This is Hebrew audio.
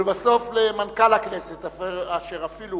לבסוף, למנכ"ל הכנסת, אשר אפילו